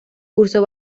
cursó